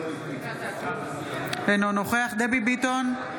אינו נוכח דבי ביטון,